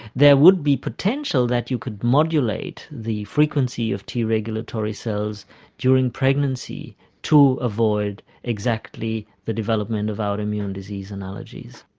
there would be potential that you could modulate the frequency of t regulatory cells during pregnancy to avoid exactly the development of autoimmune disease and allergies.